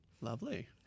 Lovely